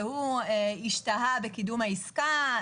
השתהה בקידום העסקה,